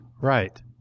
Right